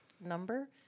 number